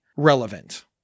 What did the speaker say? Relevant